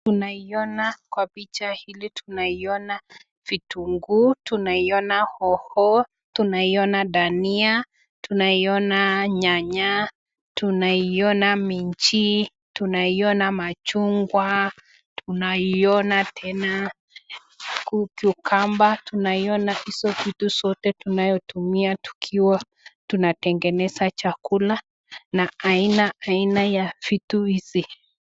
Ninaiona kwa picha hili tunaiona vitunguu, tunaiona hoho, tunaiona dania, tunaiona nyanya, tunaiona minji, tunaiona machungwa, tunaiona tena, cucumber ,tunaiona hizo vitu zote tunayo tumia tunatengeneza chakula na aina aina ya vitu hizi.